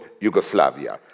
Yugoslavia